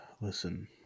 listen